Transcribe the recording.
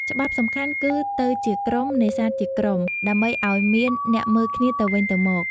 ច្បាប់សំខាន់ គឺ "ទៅជាក្រុម នេសាទជាក្រុម" ដើម្បីឱ្យមានអ្នកមើលគ្នាទៅវិញទៅមក។